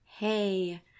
hey